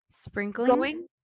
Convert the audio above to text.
Sprinkling